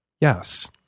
yes